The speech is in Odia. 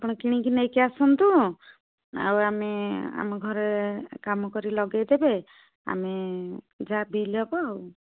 ଆପଣ କିଣିକି ନେଇକି ଆସନ୍ତୁ ଆଉ ଆମେ ଆମ ଘରେ କାମ କରି ଲଗେଇଦେବେ ଆମେ ଯାହା ବିଲ୍ ହେବ ଆଉ